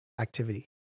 activity